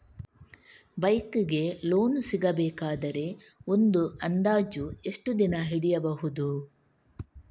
Bike ಗೆ loan ಸಿಗಬೇಕಾದರೆ ಒಂದು ಅಂದಾಜು ಎಷ್ಟು ದಿನ ಹಿಡಿಯಬಹುದು?